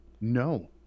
No